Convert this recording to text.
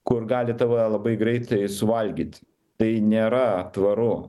kur gali tave labai greitai suvalgyt tai nėra tvaru